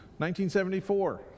1974